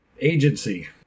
agency